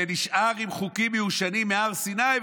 שנשאר עם חוקים מיושנים מהר סיני,